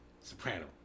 Soprano